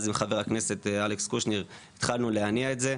אז עם חבר הכנסת אלכס קושניר התחלנו להניע את זה.